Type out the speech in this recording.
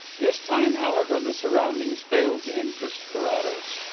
this time, however, the surroundings failed to interest carrados.